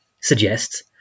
suggests